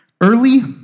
early